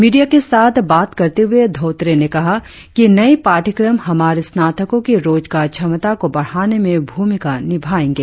media के साथ बात करते हुए धोत्रे ने कहा कि नए पाठ्यक्रम हमारे स्नातकों की रोजगार क्षमता को बढ़ाने में भूमिका निभाएंगे